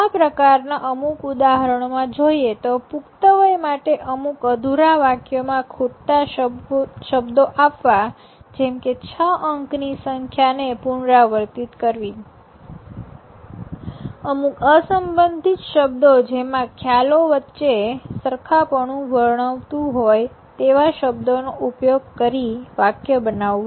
આ પ્રકારના અમુક ઉદાહરણો માં જોઈએ તો પુખ્તવય માટે અમુક અધૂરા વાક્યોમાં ખૂટતા શબ્દો આપવા જેમકે છ અંકની સંખ્યા ને પુનરાવર્તિત કરવી અમુક અસંબંધિત શબ્દો જેમાં ખ્યાલો વચ્ચે સરખાપણું વર્ણવતું હોય તેવા શબ્દો નો ઉપયોગ કરી વાક્ય બનાવવું